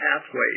pathways